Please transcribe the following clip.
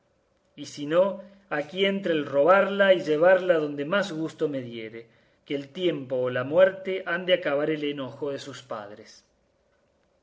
y si no aquí entra el roballa y llevalla donde más gusto me diere que el tiempo o la muerte ha de acabar el enojo de sus padres